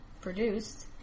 produced